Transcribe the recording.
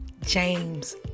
James